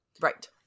Right